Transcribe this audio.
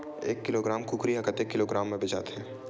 एक किलोग्राम कुकरी ह कतेक किलोग्राम म बेचाथे?